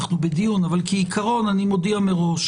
אנחנו בדיון אבל כעיקרון אני מודיע מראש